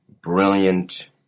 brilliant